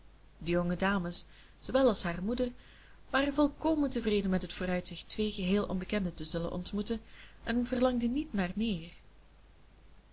de jonge dames zoowel als hare moeder waren volkomen tevreden met het vooruitzicht twee geheel onbekenden te zullen ontmoeten en verlangden niet naar meer